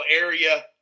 area